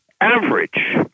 average